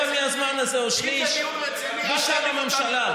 בשום פרלמנט נורמלי דמוקרטי